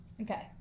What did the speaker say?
Okay